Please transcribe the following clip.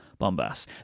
Bombas